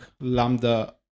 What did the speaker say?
Lambda